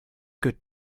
good